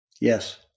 Yes